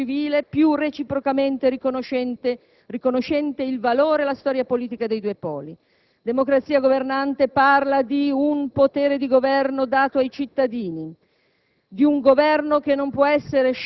lo renda più equo, più mite, più civile, più reciprocamente riconoscente il valore e la storia politica dei due Poli; democrazia governante parla di un potere di governo dato ai cittadini,